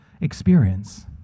experience